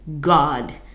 god